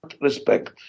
respect